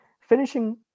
finishing